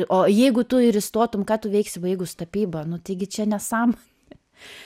o jeigu tu ir įstotum ką tu veiksi baigus tapybą nu taigi čia nesąmonė